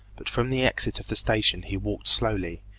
but from the exit of the station he walked slowly,